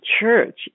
church